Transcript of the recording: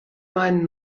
meinen